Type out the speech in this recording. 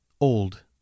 Old